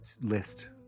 list